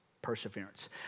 perseverance